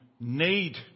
need